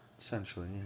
Essentially